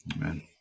amen